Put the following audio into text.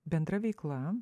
bendra veikla